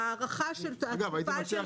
הייתי מציע,